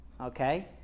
Okay